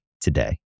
today